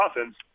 offense